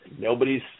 Nobody's